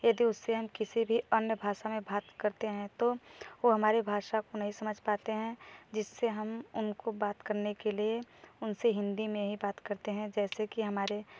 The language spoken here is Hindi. यदि उससे हम किसी से भी अन्य भाषा में बात करते हैं तो वो हमारे भाषा को नहीं समझ पाते हैं जिससे हम उनको बात करने के लिए उनसे हिंदी में ही बात करते हैं जैसे कि हमारे